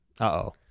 Uh-oh